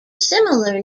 similar